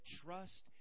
trust